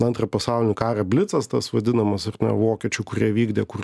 antrą pasaulinį karą blicas tas vadinamas ir vokiečių kurie vykdė kur